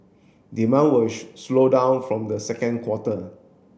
demand will slow down from the second quarter